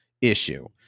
issue